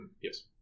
Yes